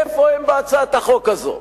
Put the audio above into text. איפה הם בהצעת החוק הזאת?